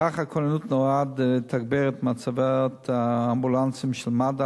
מערך הכוננות נועד לתגבר את מצבת האמבולנסים של מד"א,